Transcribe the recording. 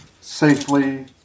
safely